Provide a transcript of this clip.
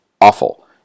awful